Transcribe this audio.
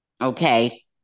Okay